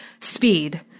speed